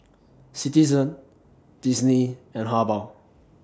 Citizen Disney and Habhal